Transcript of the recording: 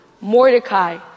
Mordecai